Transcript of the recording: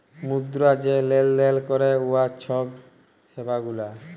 মুদ্রা যে লেলদেল ক্যরে উয়ার ছব সেবা গুলা